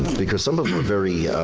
because some of them were very.